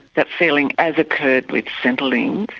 that feeling, as occurred with centrelink,